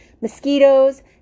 mosquitoes